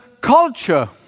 culture